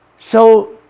so